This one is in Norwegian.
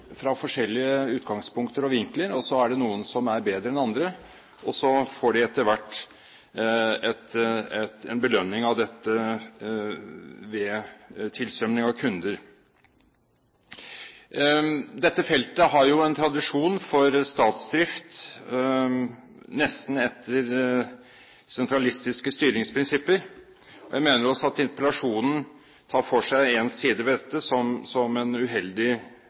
fra forskjellige utgangspunkter og vinkler, er at det er noen som er bedre enn andre, og så får de etter hvert en belønning for dette ved tilstrømning av kunder. Dette feltet har jo en tradisjon for statsdrift nesten etter sentralistiske styringsprinsipper. Jeg mener også at interpellasjonen tar for seg den siden ved dette som en uheldig